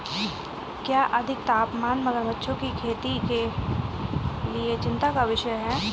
क्या अधिक तापमान मगरमच्छों की खेती के लिए चिंता का विषय है?